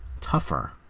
tougher